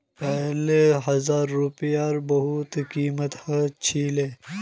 पहले हजार रूपयार बहुत कीमत ह छिले